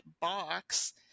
box